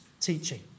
teaching